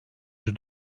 yüz